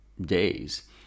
days